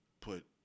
put